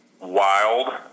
wild